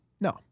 No